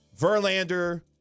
Verlander